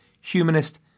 humanist